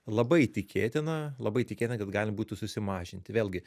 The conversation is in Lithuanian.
labai tikėtina labai tikėtina kad galima būtų susimažinti vėlgi